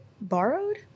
borrowed